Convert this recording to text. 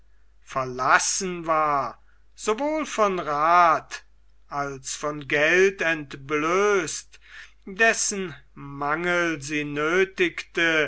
verlassen war sowohl von rath als von geld entblößt dessen mangel sie nöthigte